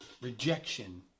rejection